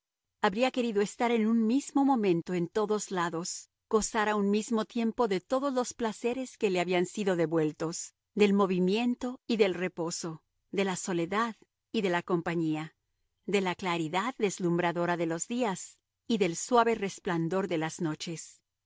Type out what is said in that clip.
habría querido estar en un mismo momento en todos lados gozar a un mismo tiempo de todos los placeres que le habían sido devueltos del movimiento y del reposo de la soledad y de la compañía de la claridad deslumbradora de los días y del suave resplandor de las noches